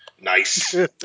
Nice